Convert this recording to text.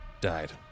died